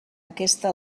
aquesta